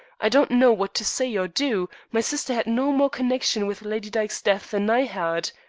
i don't know what to say or do my sister had no more connection with lady dyke's death than i had.